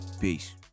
Peace